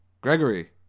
gregory